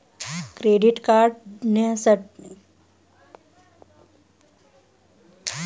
Credit card काढण्यासाठी उत्पन्न मर्यादा काय आहे?